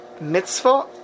Mitzvah